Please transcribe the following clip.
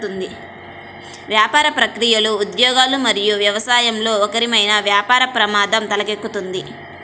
వ్యాపార ప్రక్రియలు, ఉద్యోగులు మరియు వ్యవస్థలలో ఒకరకమైన వ్యాపార ప్రమాదం తలెత్తుతుంది